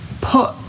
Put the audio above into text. put